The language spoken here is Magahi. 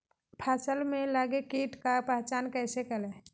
फ़सल में लगे किट का पहचान कैसे करे?